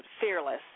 fearless